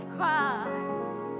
Christ